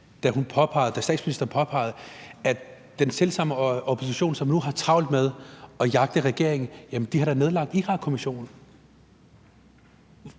da statsministeren påpegede, at den selv samme opposition, som nu har travlt med at jagte regeringen, har nedlagt Irakkommissionen.